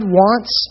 wants